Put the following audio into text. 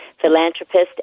philanthropist